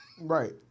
Right